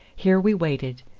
here we waited,